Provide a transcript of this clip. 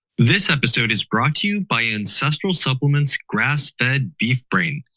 this episode is brought to you by ancestral supplement's grass fed beef brain.